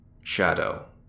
Shadow